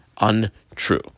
untrue